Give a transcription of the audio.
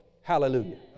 Hallelujah